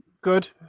Good